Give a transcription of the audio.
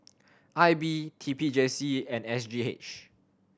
I B T P J C and S G H